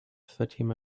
fatima